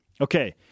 Okay